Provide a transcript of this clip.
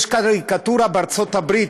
יש קריקטורה בארצות-הברית,